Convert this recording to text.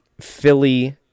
Philly